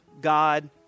God